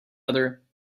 other